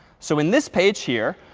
so in this page here,